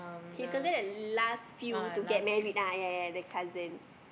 he's considered the last few to get married lah yea yea the cousin